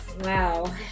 Wow